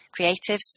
creatives